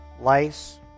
lice